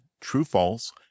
true-false